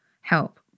help